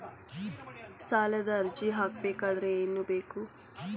ಸಾಲದ ಅರ್ಜಿ ಹಾಕಬೇಕಾದರೆ ಏನು ಬೇಕು?